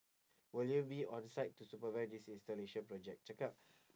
will you be on-site to supervise this installation project cakap